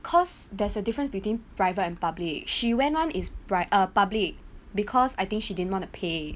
cause there's a difference between private and public she went [one] is pri~ uh public because I think she didn't want to pay